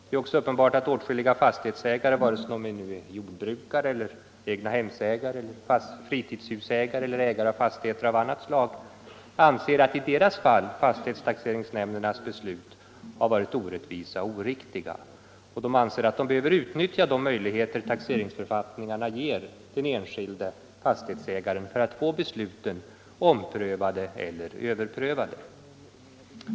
Det är också uppenbart att åtskilliga fastighetsägare, vare sig de är jordbrukare, egnahemsägare, fritidshusägare eller ägare av fastigheter av annat slag, anser att i deras fall fastighetstaxeringsnämndernas beslut har varit orättvisa och oriktiga. Man anser att man behöver utnyttja de möjligheter taxeringsförfattningarna ger den enskilde fastighetsägaren för att få besluten omprövade eller överprövade.